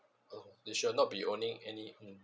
you should not be owning any